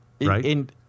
Right